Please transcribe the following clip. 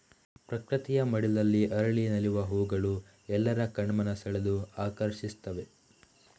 ಪ್ರಕೃತಿಯ ಮಡಿಲಲ್ಲಿ ಅರಳಿ ನಲಿವ ಹೂಗಳು ಎಲ್ಲರ ಕಣ್ಮನ ಸೆಳೆದು ಆಕರ್ಷಿಸ್ತವೆ